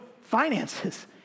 finances